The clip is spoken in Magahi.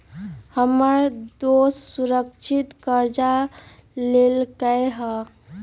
हमर दोस सुरक्षित करजा लेलकै ह